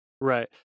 right